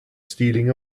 stealing